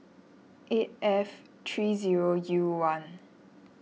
eight F three zero U one